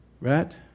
Right